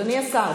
אדוני השר,